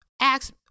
Ask